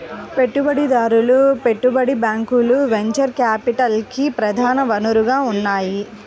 పెట్టుబడిదారులు, పెట్టుబడి బ్యాంకులు వెంచర్ క్యాపిటల్కి ప్రధాన వనరుగా ఉన్నాయి